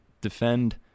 defend